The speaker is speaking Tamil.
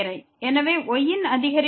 எனவே y ன் அதிகரிப்பு